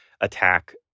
attack